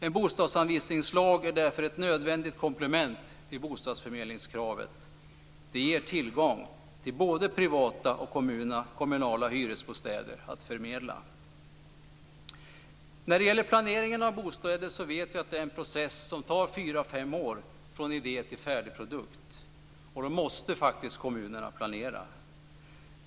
En bostadsanvisningslag är därför ett nödvändigt komplement till bostadsförmedlingskravet. Det ger tillgång till både privata och kommunala hyresbostäder att förmedla. Vi vet att planeringen av bostäder är en process där det tar fyra till fem år från idé till färdig produkt. Då måste kommunerna faktiskt planera.